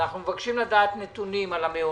אנחנו מבקשים לדעת נתונים על המעונות.